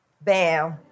bam